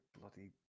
bloody